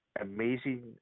amazing